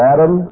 Adam